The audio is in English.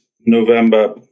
November